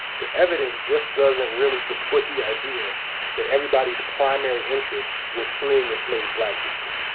the evidence just doesn't really support the idea that everybody's primary interest was freeing enslaved black people.